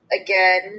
again